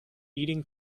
eating